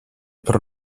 per